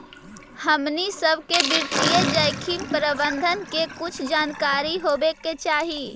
हमनी सब के वित्तीय जोखिम प्रबंधन के कुछ जानकारी होवे के चाहि